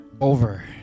over